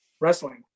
wrestling